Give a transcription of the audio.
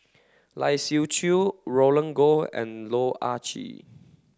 Lai Siu Chiu Roland Goh and Loh Ah Chee